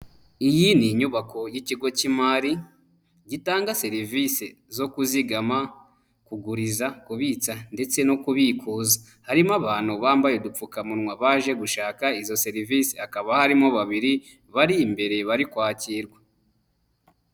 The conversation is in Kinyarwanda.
Iyi ni inyubako y'ikigo cy'imari, gitanga serivisi zo kuzigama, kuguriza, kubitsa ndetse no kubikuza, harimo abantu bambaye udupfukamunwa baje gushaka izo serivisi, hakaba harimo babiri bari imbere bari kwakirwa.